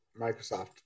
Microsoft